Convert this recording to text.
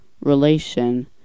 relation